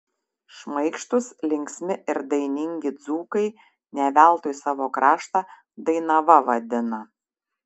šmaikštūs linksmi ir dainingi dzūkai ne veltui savo kraštą dainava vadina